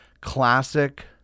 classic